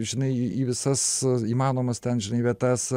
žinai į visas įmanomas ten žinai vietas